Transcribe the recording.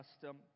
custom